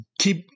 keep